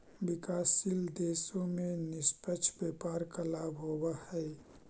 विकासशील देशों में निष्पक्ष व्यापार का लाभ होवअ हई